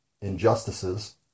injustices